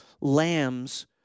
Lamb's